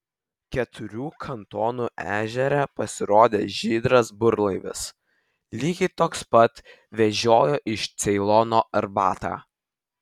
keturių kantonų ežere pasirodė žydras burlaivis lygiai toks pat vežiojo iš ceilono arbatą